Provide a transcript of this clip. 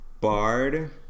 barred